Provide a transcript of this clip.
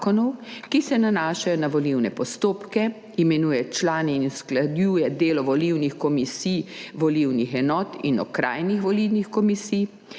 ki se nanašajo na volilne postopke, imenuje člane in usklajuje delo volilnih komisij, volilnih enot in okrajnih volilnih komisij